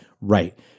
right